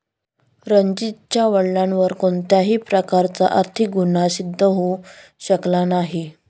रणजीतच्या वडिलांवर कोणत्याही प्रकारचा आर्थिक गुन्हा सिद्ध होऊ शकला नाही